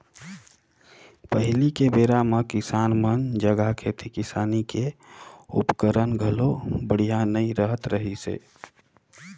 पहिली के बेरा म किसान मन जघा खेती किसानी के उपकरन घलो बड़िहा नइ रहत रहिसे